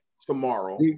tomorrow